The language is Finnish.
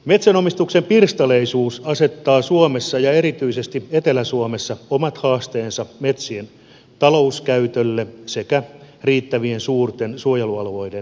metsänomistuksen pirstaleisuus asettaa suomessa ja erityisesti etelä suomessa omat haasteensa metsien talouskäytölle sekä riittävän suurien suojelualueiden muodostamiselle